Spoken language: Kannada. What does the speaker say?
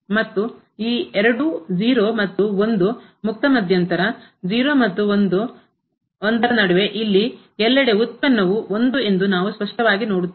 ಮತ್ತು ಈ ಎರಡು 0 ಮತ್ತು 1 ಮುಕ್ತ ಮಧ್ಯಂತರ 0 ಮತ್ತು 1 ರ ನಡುವೆ ಇಲ್ಲಿ ಎಲ್ಲೆಡೆ ವ್ಯುತ್ಪನ್ನವು 1 ಎಂದು ನಾವು ಸ್ಪಷ್ಟವಾಗಿ ನೋಡುತ್ತೇವೆ